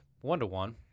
one-to-one